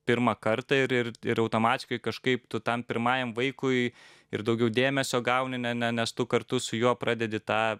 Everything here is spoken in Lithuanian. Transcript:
pirmą kartą ir ir ir automatiškai kažkaip tu tam pirmajam vaikui ir daugiau dėmesio gauni ne ne nes tu kartu su juo pradedi tą